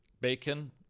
Bacon